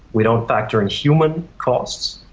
we don't factor in human costs.